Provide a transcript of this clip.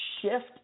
shift